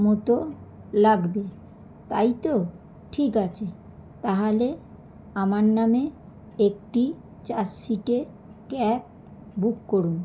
মতো লাগবে তাই তো ঠিক আছে তাহালে আমার নামে একটি চার সীটের ক্যাব বুক করুন